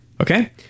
Okay